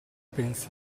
pensi